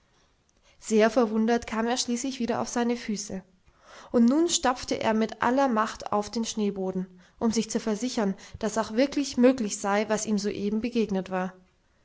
sehr verwundert kam er schließlich wieder auf seine füße und nun stampfte er mit aller macht auf den schneeboden um sich zu versichern daß auch wirklich möglich sei was ihm soeben begegnet war